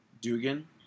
Dugan